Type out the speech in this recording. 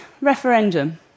referendum